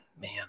Man